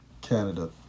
Canada